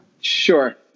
Sure